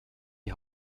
die